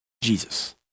Jesus